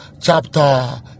chapter